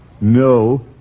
No